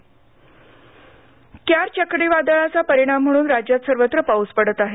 हवामान क्यार चक्रीवादळाचा परिणाम म्हणून राज्यात सर्वत्र पाउस पडत आहे